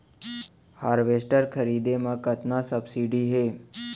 Harvester खरीदे म कतना सब्सिडी हे?